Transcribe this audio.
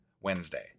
Wednesday